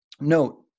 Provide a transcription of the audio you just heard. Note